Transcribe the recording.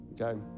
okay